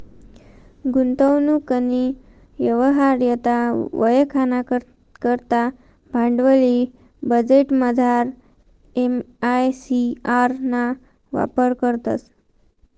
गुंतवणूकनी यवहार्यता वयखाना करता भांडवली बजेटमझार एम.आय.सी.आर ना वापर करतंस